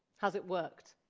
has it worked?